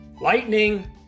Lightning